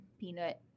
Peanut